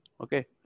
okay